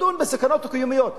לדון בסכנות הקיומיות.